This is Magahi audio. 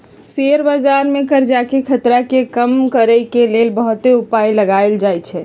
शेयर बजार में करजाके खतरा के कम करए के लेल बहुते उपाय लगाएल जाएछइ